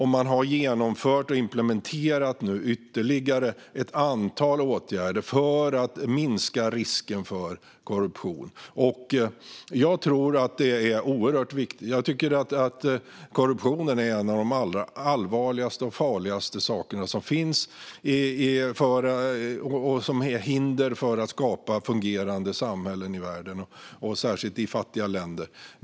Man har nu genomfört och implementerat ytterligare ett antal åtgärder för att minska risken för korruption. Korruptionen är en av de allra allvarligaste och farligaste saker som finns, och den hindrar skapandet av fungerande samhällen i världen, särskilt i fattiga länder.